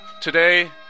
Today